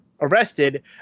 arrested